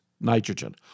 nitrogen